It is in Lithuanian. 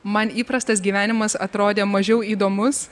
man įprastas gyvenimas atrodė mažiau įdomus